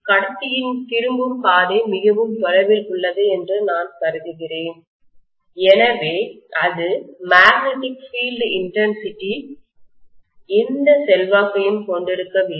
கடத்தியின் திரும்பும் பாதை மிகவும் தொலைவில் உள்ளது என்று நான் கருதுகிறேன் எனவே அது மேக்னெட்டிக் பீல்டு இன்டன்சிடி காந்தப்புல தீவிரத்தில் எந்த செல்வாக்கையும் கொண்டிருக்கவில்லை